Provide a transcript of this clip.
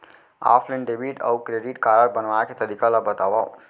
Offline debit अऊ credit card बनवाए के तरीका ल बतावव?